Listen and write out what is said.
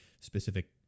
specific